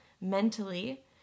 mentally